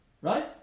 Right